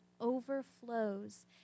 overflows